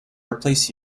replace